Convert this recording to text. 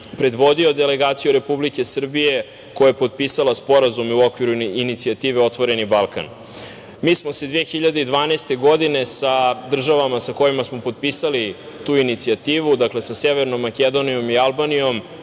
predvodio delegaciju Republike Srbije koja je potpisala sporazume u okviru inicijative "Otvoreni Balkan".Mi smo se 2012. godine sa državama sa kojima smo potpisali tu inicijativu, dakle sa Severnom Makedonijom i Albanijom